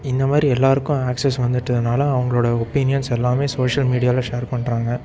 இந்த மாதிரி எல்லாேருக்கும் ஆக்சஸ் வந்துவிட்டதுனால அவங்களோட ஒப்பீனியன்ஸ் எல்லாமே சோசியல் மீடியாவில் ஷேர் பண்ணுறாங்க